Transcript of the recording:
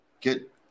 get